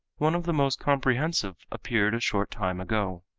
one of the most comprehensive appeared a short time ago.